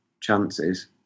chances